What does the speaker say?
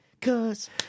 Cause